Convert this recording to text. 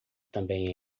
também